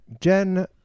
Jen